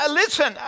listen